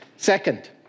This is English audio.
Second